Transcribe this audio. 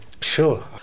sure